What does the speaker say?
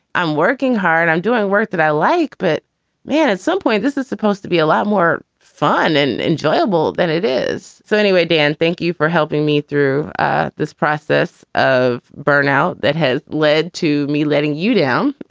i'm working hard. i'm doing work that i like. but at some point, this is supposed to be a lot more fun and enjoyable than it is so, anyway, dan, thank you for helping me through ah this process of burnout that has led to me letting you down.